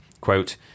quote